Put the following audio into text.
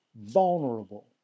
vulnerable